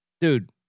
dude